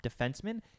defenseman